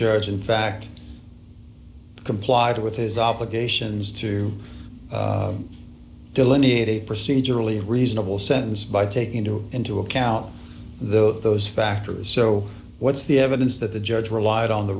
judge in fact complied with his obligations to delineate it procedurally reasonable sentence by taking two into account though those factors so what's the evidence that the judge relied on the